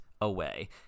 Away